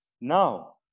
Now